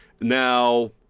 Now